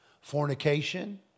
fornication